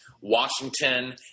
Washington